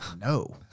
no